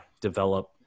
develop